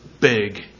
big